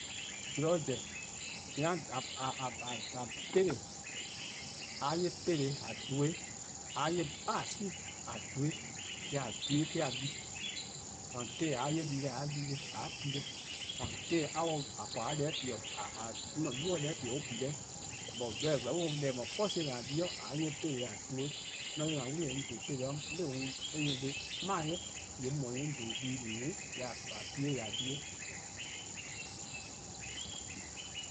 :Mor zorn zen, :mor :a 'ye 'peleh :a dhen-eh, :mor :a 'ye :bhasi' :a dhen-eh, :yee' :a dhen 'de :a di-ih, until :a 'ye dii-deh 'de :a di deh, :a pi deh. Until hour 'an 'nynuu' korn :on 'ye deh-' :pi-dih :yee' on pi deh. Jorwor: :mor zorn deh :eh no first-ih deh :a di-a, :mor :a 'ye 'peleh buo' :a dhen or, :mor 'on 'ye 'wli-eh :yee' 'on dhen 'peleh :buo' 'de 'de 'mae 'i :yee' 'on dhen dii-deh+ 'nyne :yee' :a pi-eh :a di-eh.,